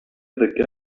other